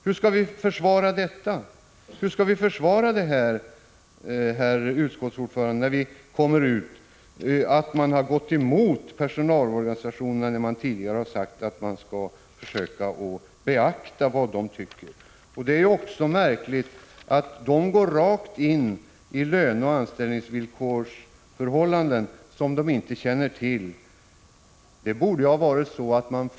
Hur skall vi kunna försvara, herr utskottsordförande, att man har gått emot personalorganisationerna, när man tidigare har sagt att man skall försöka beakta vad de tycker? Det är också märkligt att de anställda går in i löneoch anställningsförhållanden som de inte känner till.